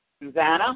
Susanna